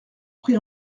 pris